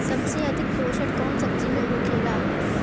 सबसे अधिक पोषण कवन सब्जी में होखेला?